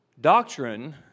Doctrine